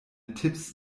tipps